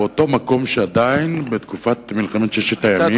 באותו מקום שבתקופת מלחמת ששת הימים עדיין,